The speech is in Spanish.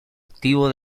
activo